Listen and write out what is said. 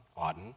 Auden